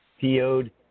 PO'd